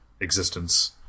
existence